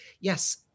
yes